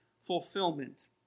fulfillment